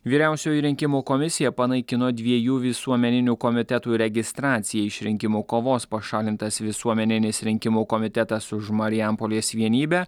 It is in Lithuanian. vyriausioji rinkimų komisija panaikino dviejų visuomeninių komitetų registraciją iš rinkimų kovos pašalintas visuomeninis rinkimų komitetas už marijampolės vienybę